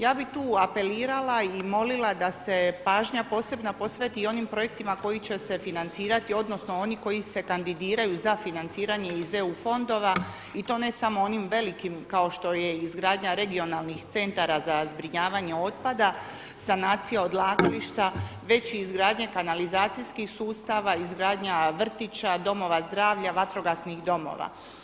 Ja bih tu apelirala i molila da se pažnja posebna posveti i onim projektima koji će se financirati, odnosno oni koji se kandidiraju za financiranje iz EU fondova i to ne samo onim velikim kao što je i izgradnja regionalnih centara za zbrinjavanje otpada, sanacija odlagališta, već i izgradnja kanalizacijskih sustav, izgradnja vrtića, domova zdravlja, vatrogasnih domova.